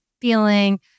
feeling